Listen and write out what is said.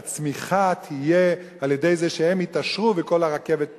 אותם שהצמיחה תהיה על-ידי זה שהם יתעשרו וכל הרכבת תנוע.